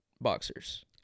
boxers